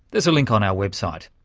there's a link on our website.